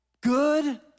good